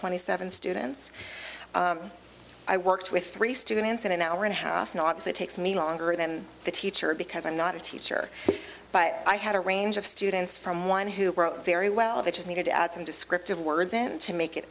twenty seven students i worked with three students in an hour and a half not so it takes me longer than the teacher because i'm not a teacher but i had a range of students from one who broke very well they just needed to add some descriptive words and to make it